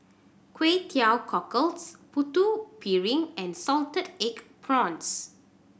Kway Teow Cockles Putu Piring and salted egg prawns